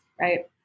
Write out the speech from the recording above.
Right